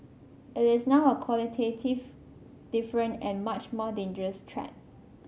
it is now a qualitative different and much more dangerous threat